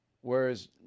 whereas